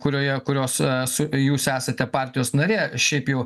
kurioje kurios su jūs esate partijos narė šiaip jau